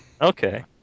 Okay